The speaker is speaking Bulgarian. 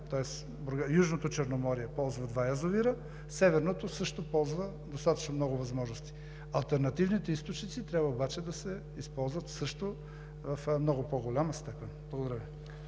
Южното Черноморие ползва два язовира. Северното също ползва достатъчно много възможности. Алтернативните източници трябва обаче да се използват също в много по-голяма степен. Благодаря Ви.